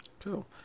cool